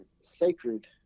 sacred